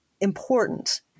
important